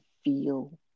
feel